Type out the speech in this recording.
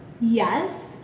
yes